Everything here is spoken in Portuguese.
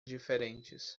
diferentes